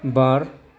बार